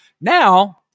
Now